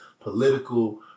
political